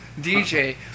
DJ